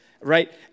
right